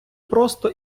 просто